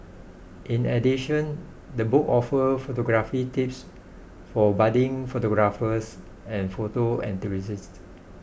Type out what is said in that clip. in addition the book offers photography tips for budding photographers and photo enthusiasts